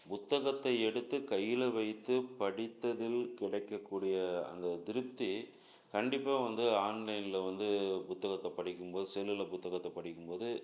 புத்தகத்தை எடுத்து கையில் வைத்து படித்ததில் கிடைக்கக்கூடிய அந்த திருப்தி கண்டிப்பாக வந்து ஆன்லைனில் வந்து புத்தகத்தை படிக்கும்போது செல்லில் புத்தகத்த படிக்கும்போது